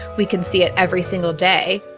we can see it every single day